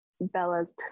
Bella's